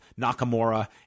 Nakamura